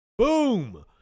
Boom